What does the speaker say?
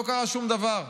לא קרה שום דבר.